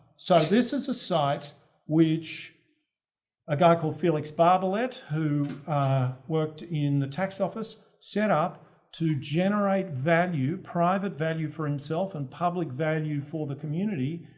so this is a site which a guy called felix barbalet who worked in the tax office set up to generate value, private value for himself and public value for the community.